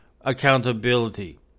accountability